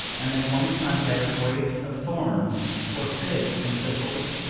and that one cannot gather grapes of thorns or figs from thistles?